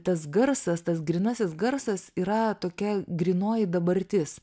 tas garsas tas grynasis garsas yra tokia grynoji dabartis